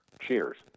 Cheers